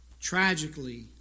tragically